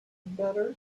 better